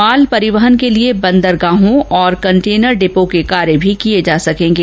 माल परिवहन के लिए बंदरगाहों और कंटेनर डिपो के कार्य भी किये जा सकेंगे